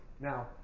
Now